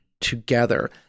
together